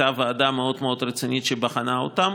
הייתה ועדה מאוד מאוד רצינית שבחנה אותן,